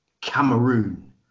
Cameroon